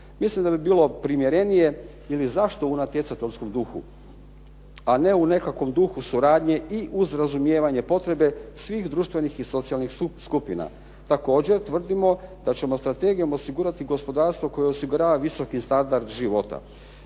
Mislim da bi bilo primjerenije ili zašto u natjecateljskom duhu, a ne u nekakvom duhu suradnje i uz razumijevanje potrebe svih društvenih i socijalnih skupina. Također tvrdimo da ćemo strategijom osigurati gospodarstvo koje osigurava visoki standard života.